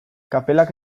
kapelak